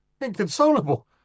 Inconsolable